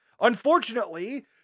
Unfortunately